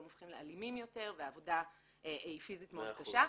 הופכים לאלימים יותר והעבודה פיזית מאוד קשה.